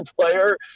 player